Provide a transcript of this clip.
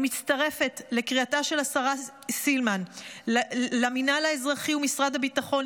אני מצטרפת לקריאתה של השרה סילמן למינהל האזרחי ומשרד הביטחון,